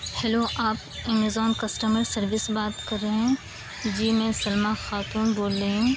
hello آپ Amazon customer service سے بات كر رہے ہیں جی میں سلمیٰ خاتون بول رہی ہوں